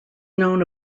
known